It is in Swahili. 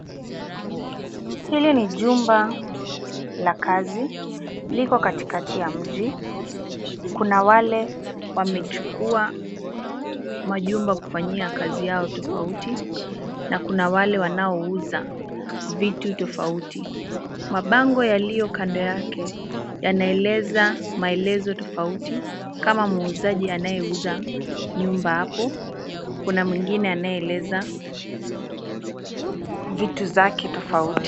Hiki ni jumba la kazi liko katikati ya mji. Kuna wale wamechukua majumba kufanya kazi yao tofauti na kuna wale wanaouza vitu tofauti. Mabango yaliyo kando yake yanaeleza maelezo tofauti kama muuzaji anayeuza nyumba hapo, kuna mwingine anayeeleza vitu zake tofauti.